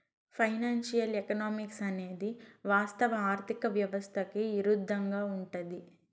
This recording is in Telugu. ఫైనాన్సియల్ ఎకనామిక్స్ అనేది వాస్తవ ఆర్థిక వ్యవస్థకి ఇరుద్దంగా ఉంటది